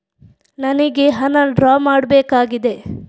ನನಿಗೆ ಹಣ ಡ್ರಾ ಮಾಡ್ಬೇಕಾಗಿದೆ